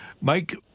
Mike